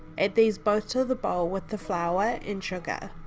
add these both to the bowl with the flour and sugar.